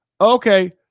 okay